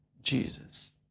Jesus